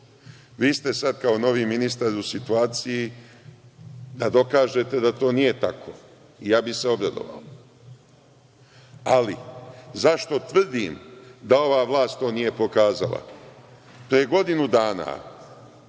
ste sada kao novi ministar u situaciji da dokažete da to nije tako. Ja bih se obradovao. Ali, zašto tvrdim da ova vlast nije pokazala? Pre godinu dana